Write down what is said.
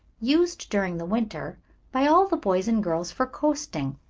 used during the winter by all the boys and girls for coasting.